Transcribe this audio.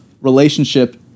relationship